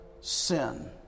sin